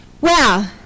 Wow